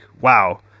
wow